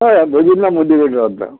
हय हय भजीन मदीं रेट आतां